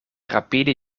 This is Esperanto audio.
rapide